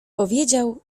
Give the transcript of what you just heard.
powiedział